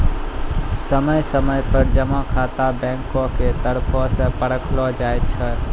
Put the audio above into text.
समय समय पर जमा खाता बैंको के तरफो से परखलो जाय छै